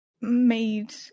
made